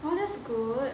well that's good